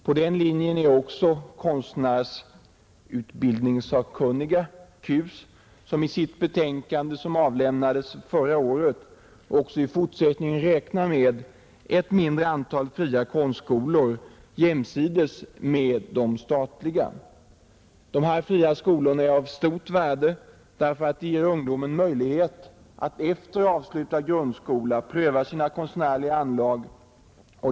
På den linjen är också konstnärsutbildningssakkunniga — KUS — som i sitt betänkande, vilket avlämnades förra året, även i fortsättningen räknar med ett mindre antal fria konstskolor jämsides med de statliga. Dessa fria skolor är av stort värde därför att de ger ungdomen möjlighet att efter avslutad grundskola pröva sina konstnärliga anlag.